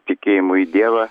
tikėjimo į dievą